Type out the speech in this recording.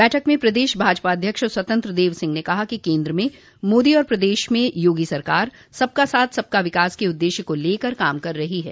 बैठक में प्रदेश भाजपा अध्यक्ष स्वतंत्र देव सिंह ने कहा कि केन्द्र में मोदी और प्रदेश में योगी सरकार सबका साथ सबका विकास के उद्देश्य को लेकर काम कर रही है